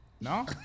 No